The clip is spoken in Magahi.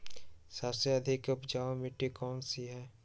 सबसे अधिक उपजाऊ मिट्टी कौन सी हैं?